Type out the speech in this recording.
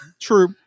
True